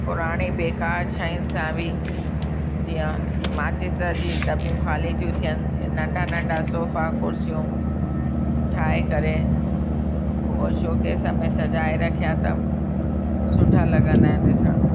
पुराणी बेकार शयुनि सां बि जीअं माचिस जी दॿियूं खाली थियूं थियनि नंढा नंढा सोफ़ा कुर्सियूं ठाहे करे उहो शोकेस में सॼाए रखिया अथसि सुठा लॻंदा आहिनि ॾिसण में